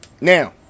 Now